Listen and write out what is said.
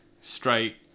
straight